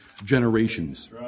generations